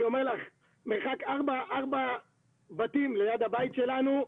אני אומר לך מרחק ארבעה בתים ליד הבית שלנו,